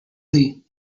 lee